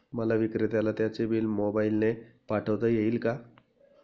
मला विक्रेत्याला त्याचे बिल मोबाईलने पाठवता येईल का?